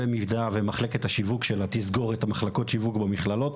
במידה ומחלקת השיווק שלה תסגור את המחלקות שיווק במכללות,